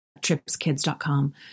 TripsKids.com